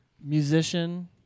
musician